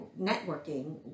networking